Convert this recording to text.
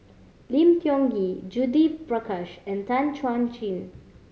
Lim Tiong Ghee Judith Prakash and Tan Chuan Jin